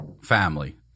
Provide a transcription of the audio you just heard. Family